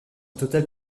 total